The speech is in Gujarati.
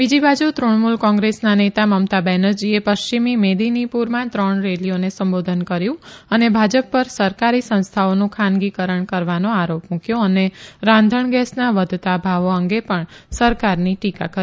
બીજી બાજુ તૃણમુલ કોંગ્રેસના નેતા મમતા બેનર્જીએ પશ્ચિમી મેદિનીપુરમાં ત્રણ રેલીઓને સંબોધન કર્યું અને ભાજપ પર સરકારી સંસ્થાઓનું ખાનગીકરણ કરવાનો આરોપ મુકયો અને રાંધણગેસના વધતા ભાવો અંગે પણ સરકારની ટીકા કરી